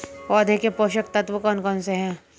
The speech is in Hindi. पौधों के पोषक तत्व कौन कौन से हैं?